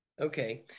Okay